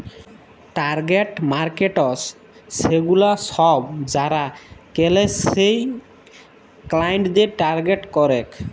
target markets সেগুলা সব যারা কেলে সেই ক্লায়েন্টদের টার্গেট করেক